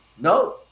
No